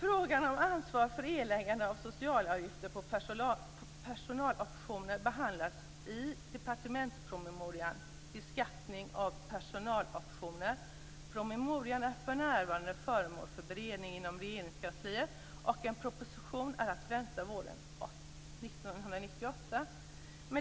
Frågan om ansvaret för erläggande av socialavgifter på personaloptioner behandlas i departementspromemorian Beskattning av personaloptioner. Promemorian är för närvarande föremål för beredning inom Regeringskansliet, och en proposition är att vänta våren 1998.